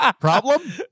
Problem